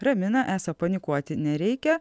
ramina esą panikuoti nereikia